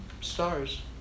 stars